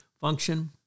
function